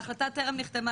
ההחלטה טרם נחתמה,